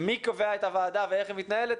מי קובע את הוועדה ואיך היא מתנהלת,